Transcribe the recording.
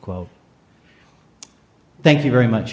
quote thank you very much